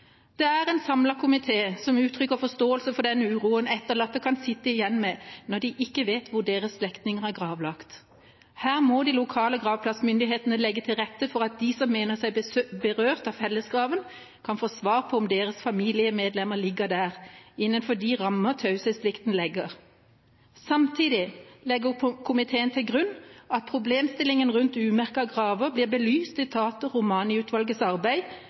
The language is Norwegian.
Det er en samlet komité som uttrykker forståelse for den uroen etterlatte kan sitte igjen med når de ikke vet hvor deres slektninger er gravlagt. Her må de lokale gravplassmyndighetene legge til rette for at de som mener seg berørt av fellesgraven, kan få svar på om deres familiemedlemmer ligger der, innenfor de rammer taushetsplikten legger. Samtidig legger komiteen til grunn at problemstillingen rundt umerkede graver blir belyst i tater-/romaniutvalgets arbeid